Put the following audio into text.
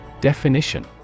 Definition